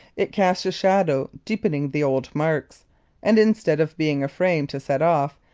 it casts a shadow deepening the old marks and instead of being a frame to set off,